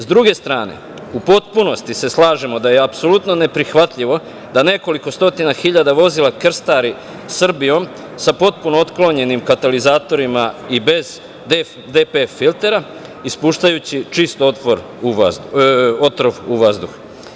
S druge strane, u potpunosti se slažemo da je apsolutno ne prihvatljivo da nekoliko stotina hiljada vozila krstari Srbijom sa potpuno otklonjenim katalizatorima i bez DPF filtera ispuštajući čist otrov u vazduh.